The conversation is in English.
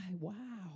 wow